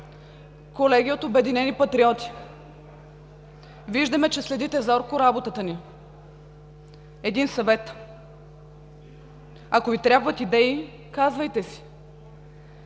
Колеги от „Обединени патриоти“, виждаме, че следите зорко работата ни. Един съвет: ако Ви трябват идеи, казвайте си!